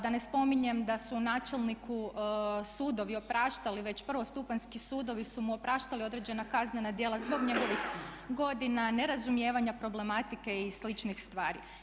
Da ne spominjem da su načelniku sudovi opraštali već prvostupanjski sudovi su mu opraštali određena kaznena djela zbog njegovih godina, nerazumijevanja problematike i sličnih stvari.